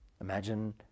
Imagine